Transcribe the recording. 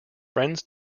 friends